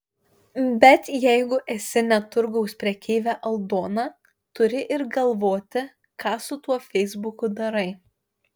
bet jeigu esi ne turgaus prekeivė aldona turi ir galvoti ką su tuo feisbuku darai